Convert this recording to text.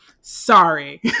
sorry